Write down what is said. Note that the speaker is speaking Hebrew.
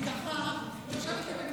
אני, ככה, יושבת לי בניחותא.